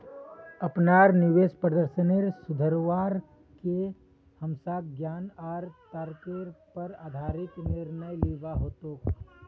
अपनार निवेश प्रदर्शनेर सुधरवार के हमसाक ज्ञान आर तर्केर पर आधारित निर्णय लिबा हतोक